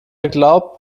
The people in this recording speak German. glaubt